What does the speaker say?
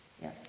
yes